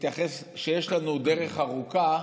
מתייחס לכך שיש לנו דרך ארוכה,